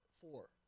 Four